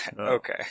Okay